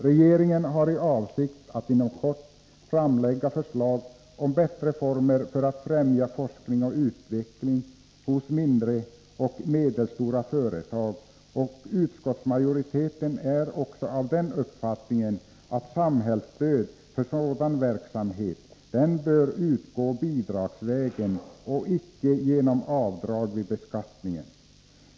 Regeringen har för avsikt att inom kort framlägga förslag om bättre former för att främja forskning och utveckling i mindre och medelstora företag, och utskottsmajoriteten är också av den uppfattningen att samhällsstöd för sådan verksamhet bör utgå bidragsvägen och icke genom avdrag vid beskattningen.